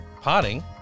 potting